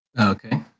Okay